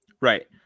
Right